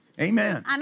Amen